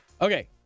Okay